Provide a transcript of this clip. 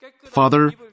Father